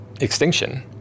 extinction